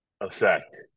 effect